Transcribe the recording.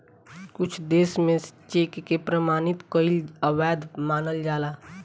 कुछ देस में चेक के प्रमाणित कईल अवैध मानल जाला